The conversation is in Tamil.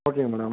ஓகேங்க மேடம்